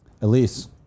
Elise